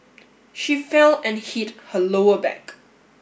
she fell and hit her lower back